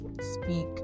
speak